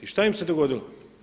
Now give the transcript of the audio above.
I šta im se dogodilo?